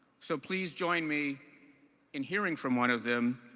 so please join me in hearing from one of them,